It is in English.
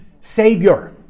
Savior